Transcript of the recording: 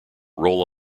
roll